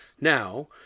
Now